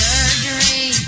Surgery